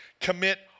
commit